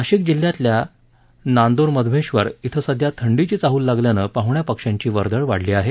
नाशिक जिल्ह्यातील नांद्रमध्यमेश्वर श्री सध्या थंडीची चाहूल लागल्यानं पाहुण्या पक्षांची वर्दळ वाढली आहे